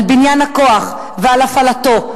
על בניין הכוח ועל הפעלתו.